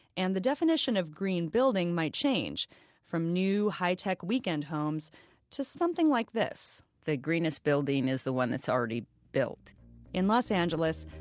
and the definition of green building might change from new, high-tech weekend homes to something like this, the greenest building is the one that's already built in los angeles,